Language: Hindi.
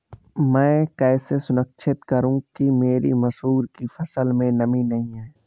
मैं कैसे सुनिश्चित करूँ कि मेरी मसूर की फसल में नमी नहीं है?